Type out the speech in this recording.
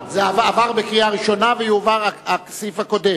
אני קובע שהצעת החוק התקבלה בקריאה ראשונה ותועבר לוועדת הכלכלה,